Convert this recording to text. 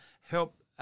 help